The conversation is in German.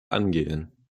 angehen